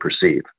perceive